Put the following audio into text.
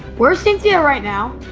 where's cynthia right now?